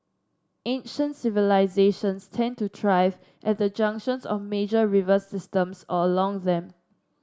ancient civilisations tended to thrive at the junctions of major river systems or along them